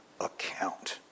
account